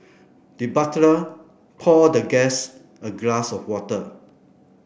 the butler poured the guest a glass of water